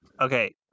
Okay